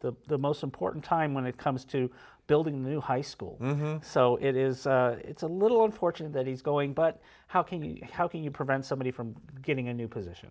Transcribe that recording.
the the most important time when it comes to building the new high school so it is it's a little unfortunate that he's going but how can he how can you prevent somebody from getting a new position